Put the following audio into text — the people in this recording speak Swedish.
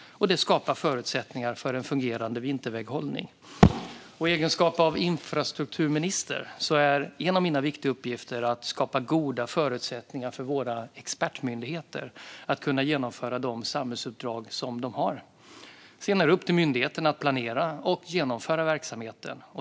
Det skapar förutsättningar för en fungerande vinterväghållning. I egenskap av infrastrukturminister är en av mina viktiga uppgifter att skapa goda förutsättningar för våra expertmyndigheter att kunna genomföra de samhällsuppdrag som de har. Sedan är det upp till myndigheterna att planera och genomföra verksamheten.